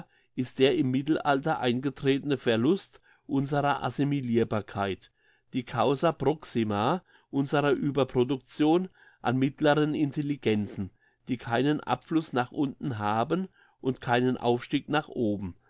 ist der im mittelalter eingetretene verlust unserer assimilirbarkeit die causa proxima unsere ueberproduction an mittleren intelligenzen die keinen abfluss nach unten haben und keinen aufstieg nach oben